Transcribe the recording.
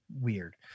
weird